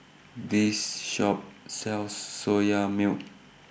This Shop sells Soya Milk